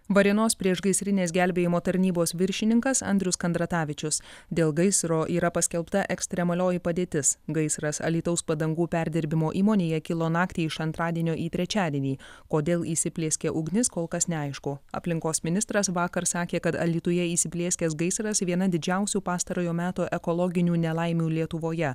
varėnos priešgaisrinės gelbėjimo tarnybos viršininkas andrius kandratavičius dėl gaisro yra paskelbta ekstremalioji padėtis gaisras alytaus padangų perdirbimo įmonėje kilo naktį iš antradienio į trečiadienį kodėl įsiplieskė ugnis kol kas neaišku aplinkos ministras vakar sakė kad alytuje įsiplieskęs gaisras viena didžiausių pastarojo meto ekologinių nelaimių lietuvoje